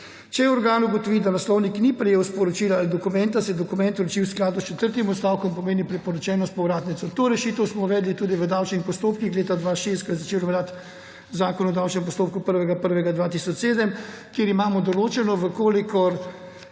»Če organ ugotovi, da naslovnik ni prejel sporočila ali dokumenta, se dokument vroči v skladu s četrtim odstavkom,« to pomeni priporočeno s povratnico. To rešitev smo uvedli tudi v davčnih postopkih leta 2006, ko je začel veljati Zakon o davčnem postopku 1. 1. 2007, kjer imamo določeno, da